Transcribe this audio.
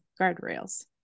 guardrails